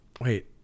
wait